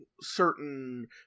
certain